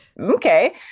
okay